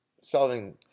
solving